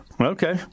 Okay